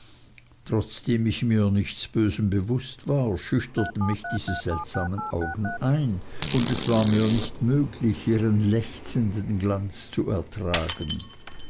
trotzdem ich mir nichts bösen bewußt war schüchterten mich diese seltsamen augen ein und es war mir nicht möglich ihren lechzenden glanz zu ertragen